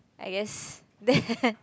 I guess that